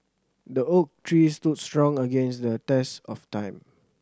the oak tree stood strong against the test of time